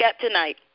tonight